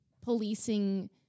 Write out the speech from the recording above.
policing